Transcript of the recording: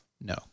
No